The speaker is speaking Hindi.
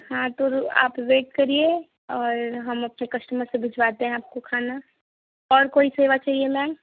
हाँ तोरो आप वेट करिए और हम अपने कस्टमर से भिजवाते हैं आपको खाना और कोई सेवा चाहिए मैम